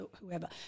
whoever